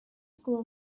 school